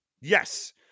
Yes